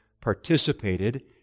participated